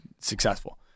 successful